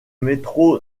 métro